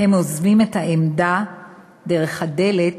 הם עוזבים את העמדה / דרך הדלת